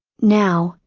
now,